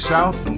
South